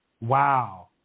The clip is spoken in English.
Wow